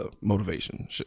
motivation